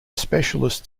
specialist